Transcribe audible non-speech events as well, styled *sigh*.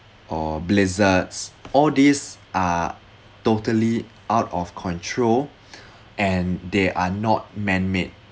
or blizzards all these are totally out of control *breath* and they are not man-made